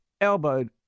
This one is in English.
elbowed